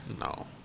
No